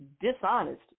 dishonest